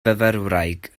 fyfyrwraig